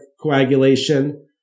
coagulation